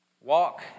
Walk